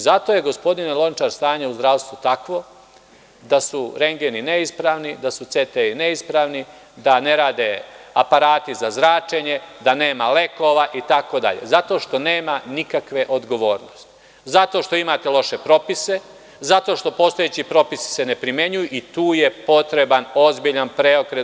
Zato je, gospodine Lončar, stanje u zdravstvu takvo da su rengeni neispravni, da su CT-i neispravni, da ne rade aparati za zračenje, da nema lekova itd. zato što nema nikakve odgovornosti, zato što imate loše propise, zato što postojeći propisi se ne primenjuju i tu je potreban ozbiljan preokret.